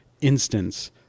instance